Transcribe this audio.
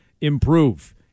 improve